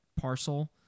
parcel